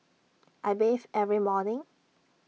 I bathe every morning